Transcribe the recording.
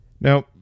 Now